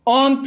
on